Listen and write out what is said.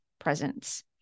Presence